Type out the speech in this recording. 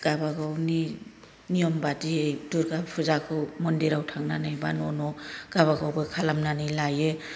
गाबागावनि नियम बादियै दुर्गा फुजाखौ मन्दिराव थांनानै बा न' न' गाबागावबो खालामनानै लायो